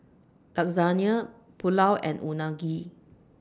Lasagne Pulao and Unagi